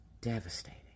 devastating